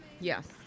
Yes